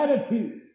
attitude